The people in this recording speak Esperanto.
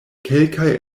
kelkaj